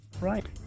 Right